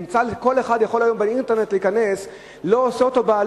אחד יכול היום באינטרנט להיכנס אליו,